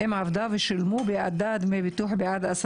אם עבדה ושולמו בעדה דמי ביטוח בעד 10